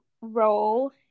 role